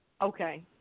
okay